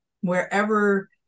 wherever